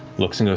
looks and